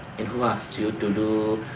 and who asked you to do